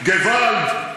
געוואלד?